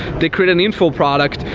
they create an info product.